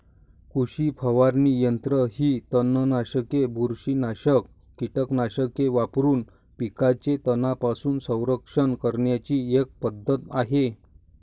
कृषी फवारणी यंत्र ही तणनाशके, बुरशीनाशक कीटकनाशके वापरून पिकांचे तणांपासून संरक्षण करण्याची एक पद्धत आहे